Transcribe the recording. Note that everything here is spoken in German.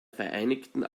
vereinigten